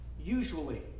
Usually